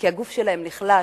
כי הגוף שלהם נחלש.